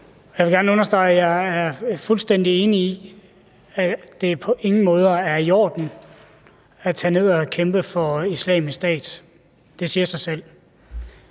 Jeg vil gerne understrege, at jeg er fuldstændig enig i, at det på ingen måde er i orden at tage ned og kæmpe for Islamisk Stat. Det siger sig selv.